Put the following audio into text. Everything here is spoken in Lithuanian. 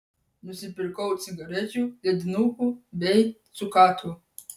nusipirkau cigarečių ledinukų bei cukatų